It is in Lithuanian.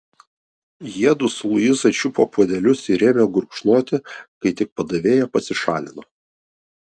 jiedu su luiza čiupo puodelius ir ėmė gurkšnoti kai tik padavėja pasišalino